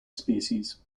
species